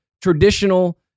traditional